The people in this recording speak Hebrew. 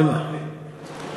המגזר הערבי.